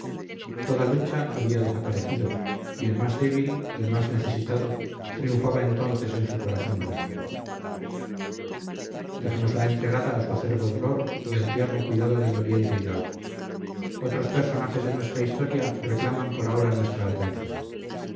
toda lucha había desaparecido y el más débil el más necesitado triunfaba entonces en su corazón de mujer dejémosla entregada a su acerbo dolor y al tierno cuidado del doliente hidalgo otros personajes de nuestra historia reclamaban por ahora nuestra atención